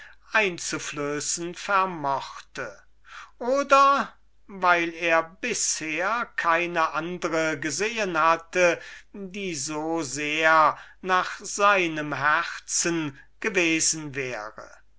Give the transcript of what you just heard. einzuflößen vermocht oder weil er bisher keine andre gesehen hatte die so sehr nach seinem herzen gewesen wäre